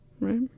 right